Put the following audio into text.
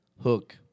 hook